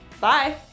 Bye